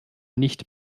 nicht